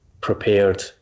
prepared